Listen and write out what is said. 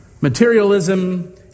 Materialism